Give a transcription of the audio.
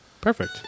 Perfect